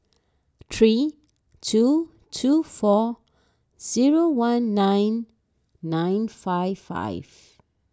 three two two four zero one nine nine five five